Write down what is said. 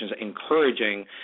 encouraging